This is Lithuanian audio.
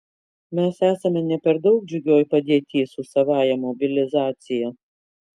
mes esame ne per daug džiugioj padėty su savąja mobilizacija